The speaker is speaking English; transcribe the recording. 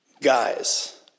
Guys